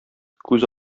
күз